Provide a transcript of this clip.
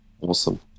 Awesome